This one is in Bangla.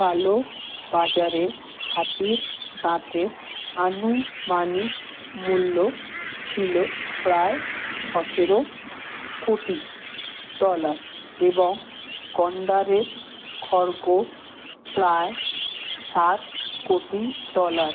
কালোবাজারে হাতির দাঁতের আনুমানিক মূল্য ছিল প্রায় সতেরো কোটি ডলার এবং গন্ডারের খড়্গ প্রায় সাত কোটি ডলার